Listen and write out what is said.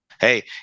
Hey